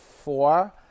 Four